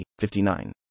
59